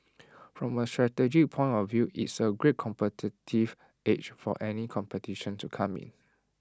from A strategic point of view it's A great competitive edge for any competition to come in